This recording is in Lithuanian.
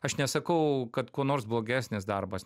aš nesakau kad kuo nors blogesnis darbas